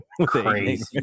Crazy